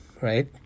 right